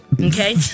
Okay